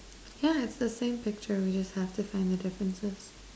yeah I've the same picture we just have to find the differences